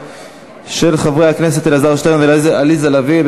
של חברי הכנסת אלעזר שטרן ועליזה לביא,